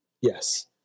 Yes